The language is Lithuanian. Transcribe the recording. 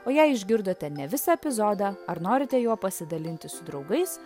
o jei išgirdote ne visą epizodą ar norite juo pasidalinti su draugais